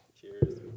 Cheers